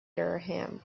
durham